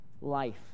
life